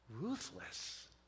ruthless